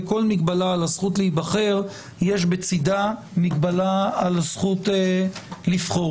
וכל מגבלה על הזכות להיבחר יש בצדה מגבלה על הזכות לבחור.